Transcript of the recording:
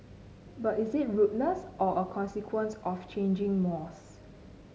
but is it rudeness or a consequence of changing mores